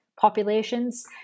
populations